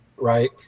Right